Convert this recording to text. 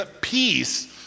peace